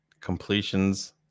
Completions